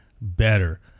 better